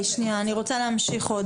אני רוצה להמשיך.